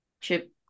chip